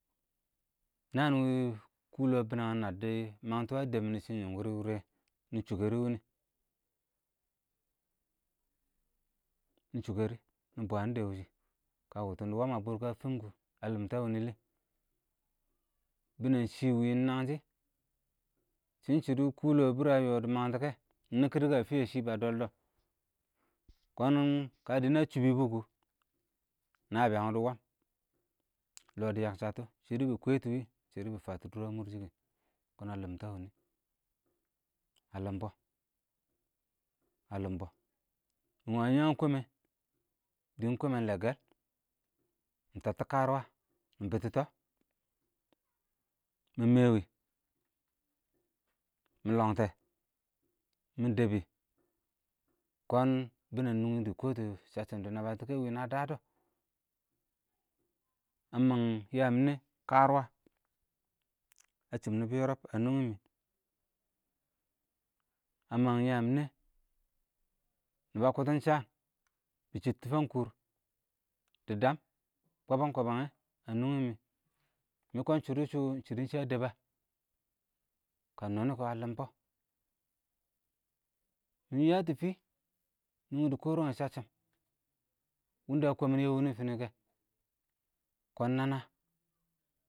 nəən wɪɪn lɔ bɪnɛng ə nədɪ məngtɔ ə dɛm mɪnɪ shɪn shɪn wɪrɪ-wɪrɪ nɪ chʊkɛbʊ wɪnɪ nɪ, nɪ shʊkərɪ nɪ bwəndɛ wɪshɪ kə wʊtʊn lɔɔ ə məng bʊrkə ə fɪɪ kɔ ə lɪ, mtɛ wʉ lɪ? bɪnɛng shɪ ɪng wɪɪn ɪng nəng shɪ, shɪn shɪdɪ kʊʊ lɔɔ dɪməng tɪkɛ, nɪkkɪdɪk ə fɪyə shɪ bə dɔl dɔ, kɔɔn kə dɪnə chʊbʊ kɔ nəbɪyəng dɪɪ dɪ wəəm l dɪ yəkshətʊ shɪdɪ bɪ kwɛtʊ wɪ shɪdɔ dɪ bɪ fətɔ dʊʊr ə mʊrshɪ, kɔɔn ə lɪmtɔ wɪnɪ, ə lɪmbɔ, ə lɪmbɔ, mɪ wəən yəəm kɔmɛ dɪɪn kɔmɛn lɛgəl nɪ təttɔ kərʊwə mɪ bɪtɪ tɔ, mɪ mwɛ wɪ, ə məng yəəm mɪnɛ kərʊwə, ə chɪ nɪbɪ yɔrɔb ə nʊnghɪ mɪ,ə yəəm mɪnɛ nɪbɔ ə kwətən shəə, bɪ chɪtɪ fəng kʊʊr, dɪ dəəm, kɔbə-kɔbən yɛ, ə nʊnghɪ mɪ, mɪ kɔon shɪdo wɪ ɪng shɪdɔ ə dɛb ə, kəən nɔnɪ kɔ ə lɪmbɔ nɪ yə tɔ fɪɪ, nʊnghɪ dɪ kɔrəng tɔ səcchɪm, wɪn də ə kɔ mɪn nʊnghɪ ɪn fɪ ə kɛ, kɔɔn nə-nə.